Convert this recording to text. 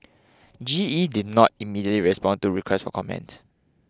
G E did not immediately respond to requests for comment